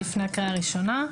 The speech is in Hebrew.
לפני הקריאה הראשונה.